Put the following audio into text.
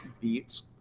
beats